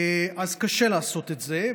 אז קשה לעשות את זה,